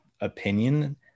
opinion